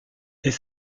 est